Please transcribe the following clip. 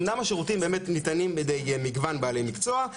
אומנם השירותים באמת ניתנים על ידי מגוון בעלי מקצוע,